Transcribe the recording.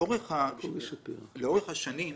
לאורך השנים,